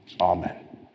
Amen